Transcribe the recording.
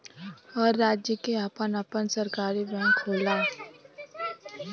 हर राज्य के आपन आपन सरकारी बैंक होला